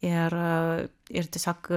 ir ir tiesiog